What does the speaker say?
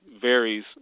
varies